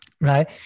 right